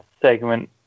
segment